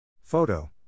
Photo